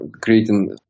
creating